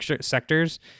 sectors